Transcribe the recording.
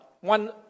one